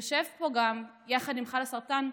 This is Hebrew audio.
יושב פה, יחד עם חלאסרטן,